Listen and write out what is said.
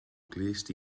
glust